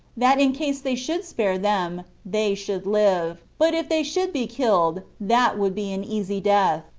that in case they should spare them, they should live but if they should be killed, that would be an easy death.